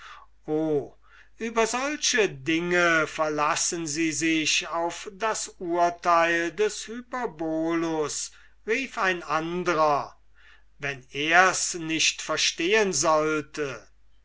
über solche dinge verlassen sie sich auf das urteil des hyperbolus rief ein andrer wenn er das nicht verstehen sollte